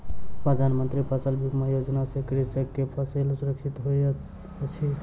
प्रधान मंत्री फसल बीमा योजना सॅ कृषक के फसिल सुरक्षित होइत अछि